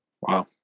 Wow